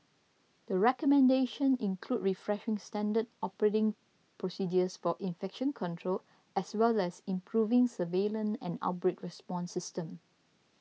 the recommendation include refreshing standard operating procedures for infection control as well as improving surveillance and outbreak response system